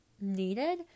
needed